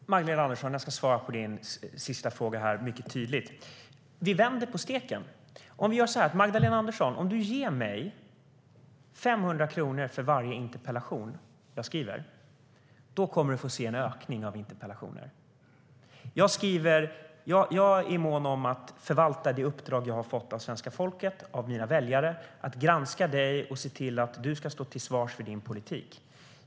Fru talman! Magdalena Andersson, jag ska svara på din sista fråga mycket tydligt. Vi vänder på steken och gör så här: Om Magdalena Andersson ger mig 500 kronor för varje interpellation jag skriver så kommer hon att få se en ökning av antalet interpellationer. Jag är mån om att förvalta det uppdrag jag har fått av svenska folket, av mina väljare, att granska henne och se till att hon står till svars för sin politik.